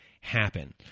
happen